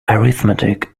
arithmetic